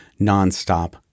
nonstop